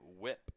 whip